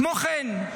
כמו כן,